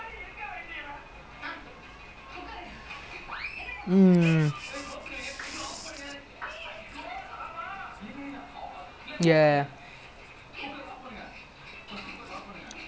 even like he get past two three then all of us legit surround him and then அவனால ஒன்னும் பண்ண முடியல:avanaala onnum panna mudiyala then he because of that right because mostly அவனும்:avanum alan மட்டும்தா:mattumthaa defend பண்ணிட்டு இருந்தாங்க:pannittu irunthaanga then when he come in front legit no one like exposed lah quite zai